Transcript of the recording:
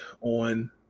on